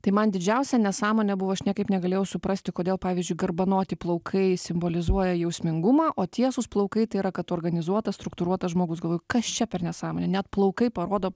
tai man didžiausia nesąmonė buvo aš niekaip negalėjau suprasti kodėl pavyzdžiui garbanoti plaukai simbolizuoja jausmingumą o tiesūs plaukai tai yra kad organizuotas struktūruotas žmogus galvoju kas čia per nesąmonė net plaukai parodo